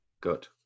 Good